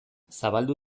zabaldu